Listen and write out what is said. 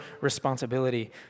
responsibility